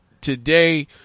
today –